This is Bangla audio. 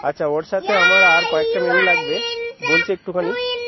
আচ্ছা ওর সাথে আমার আর কয়েকটা মেনু লাগবে বলছি একটুখানি